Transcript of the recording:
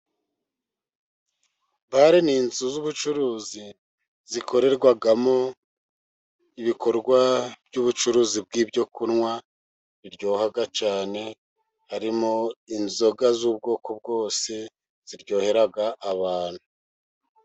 Bare ni inzu z'ubucuruzi zikorerwamo ibikorwa by'ubucuruzi bw'ibyo kunywa biryoha cyane, harimo inzoga z'ubwoko bwose ziryohera abantu.